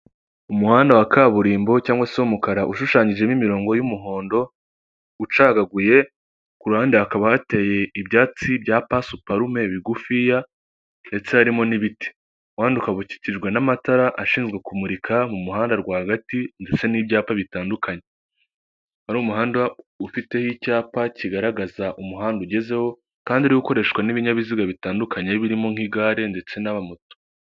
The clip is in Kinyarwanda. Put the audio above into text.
Umuhanda wa kaburimbo cyangwa se w'umukara ushushanyijemo imirongo y'umuhondo, ucagaguye, kuru ruhande hakaba hateye ibyatsi bya pasuparume bigufiya ndetse harimo n'ibiti umuhanda ukaba ukikijwe n'amatara ashinzwe kumurika mu muhanda rwagati ndetse n'ibyapa bitandukanye wari umuhanda ufiteho icyapa kigaragaza umuhanda ugezeho kandi ukoreshwa n'ibinyabiziga bitandukanye, birimo nk'igare ndetse n'abamoto.